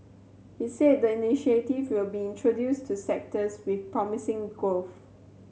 he said the initiative will be introduced to sectors with promising growth